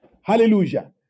Hallelujah